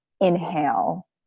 inhale